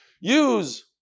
Use